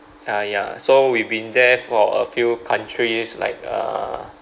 uh ya so we've been there for a few countries like err